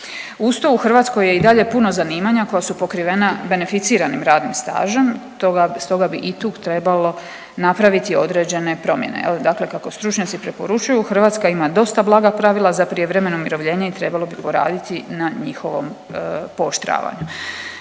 Uz to u Hrvatskoj je i dalje puno zanimanja koja su pokrivena beneficiranim radnim stažem toga, stoga bi i tu trebalo napraviti određene promjene. Je li dakle kako stručnjaci preporučuju Hrvatska ima dosta blaga pravila za prijevremeno umirovljenje i trebalo bi poraditi na njihovom pooštravanju.